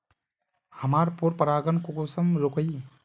हमार पोरपरागण कुंसम रोकीई?